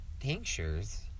Tinctures